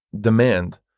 demand